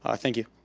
ah thank you.